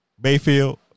Bayfield